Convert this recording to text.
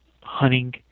hunting